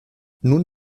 nun